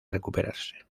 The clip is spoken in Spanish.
recuperarse